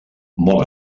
molt